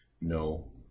No